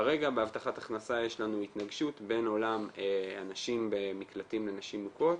כרגע בהבטחת הכנסה יש לנו התנגשות בין עולם הנשים במקלטים לנשים מוכות